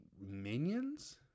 Minions